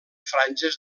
franges